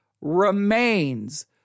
remains